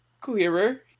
Clearer